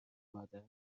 مادر